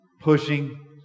pushing